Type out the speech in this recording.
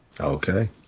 Okay